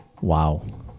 Wow